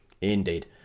indeed